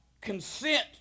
consent